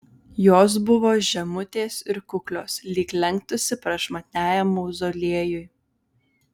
jos buvo žemutės ir kuklios lyg lenktųsi prašmatniajam mauzoliejui